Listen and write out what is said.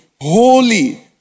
Holy